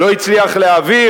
לא הצליח להעביר,